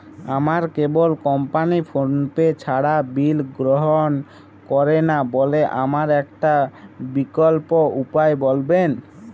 আমার cable company PhonePe ছাড়া bill গ্রহণ করে না বলে আমার একটা বিকল্প উপায় বলবেন?